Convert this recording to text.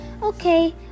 Okay